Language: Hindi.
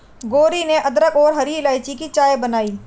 गौरी ने अदरक और हरी इलायची की चाय बनाई